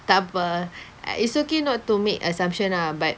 tak apa uh it's okay not to make assumption ah but